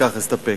בכך אסתפק.